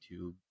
YouTube